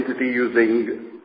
using